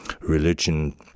religion